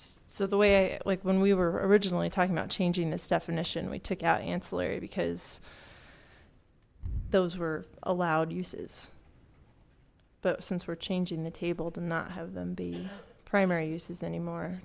so the way i like when we were originally talking about changing this definition we took out ancillary because those were allowed uses but since we're changing the table to not have them be primary uses anymore